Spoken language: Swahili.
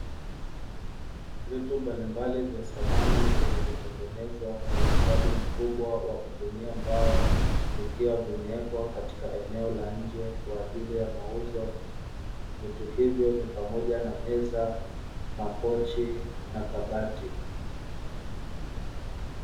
Vitu mbalimbali vya samani vilivyotengenezwa kwa ustadi mkubwa wa kutumia mbao vikiwa vimewekwa katika eneo la nje kwa ajili ya mauzo vitu hivyo ni pamoja na meza, makochi na kabati.